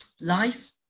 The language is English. Life